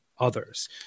Others